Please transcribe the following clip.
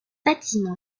bâtiment